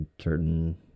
certain